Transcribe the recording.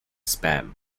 spam